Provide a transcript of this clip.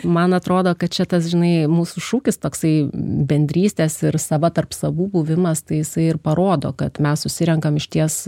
man atrodo kad čia tas žinai mūsų šūkis toksai bendrystės ir sava tarp savų buvimas tai jisai ir parodo kad mes susirenkam išties